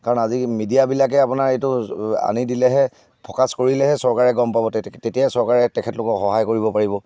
কাৰণ আজি মিডিয়াবিলাকে আপোনাৰ এইটো আনি দিলেহে ফ'কাচ কৰিলেহে চৰকাৰে গম পাব তে তেতিয়া চৰকাৰে তেখেতলোকক সহায় কৰিব পাৰিব